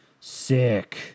Sick